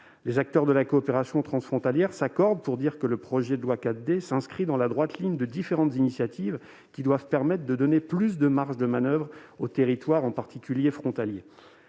Les acteurs de la coopération transfrontalière s'accordent pour dire que le projet de loi 4D s'inscrit dans la droite ligne de différentes initiatives qui doivent permettre de donner plus de marges de manoeuvre aux territoires, en particulier frontaliers.